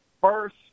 first